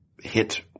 hit